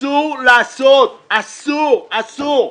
אסור לעשות, אסור, אסור.